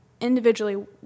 individually